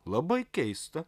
labai keista